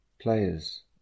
players